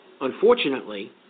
unfortunately